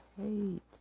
hate